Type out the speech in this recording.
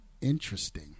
interesting